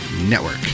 Network